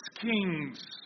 kings